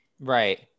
Right